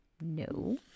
no